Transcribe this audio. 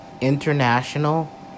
international